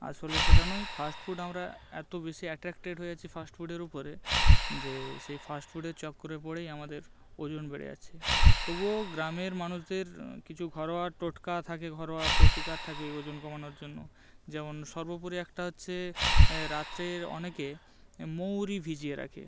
আসলে সেটা নয় ফাস্ট ফুড আমরা এতো বেশি অ্যাট্রাক্টেড হয়ে যাচ্ছি ফাস্টফুডের উপরে যে সেই ফাস্টফুডের চক্করে পড়েই আমাদের ওজন বেড়ে যাচ্ছে তবুও গ্রামের মানুষদের কিছু ঘরোয়া টোটকা থাকে ঘরোয়া প্রতিকার থাকে এই ওজন কমানোর জন্য যেমন সর্বোপরি একটা হচ্ছে রাত্রের অনেকে মৌরি ভিজিয়ে রাখে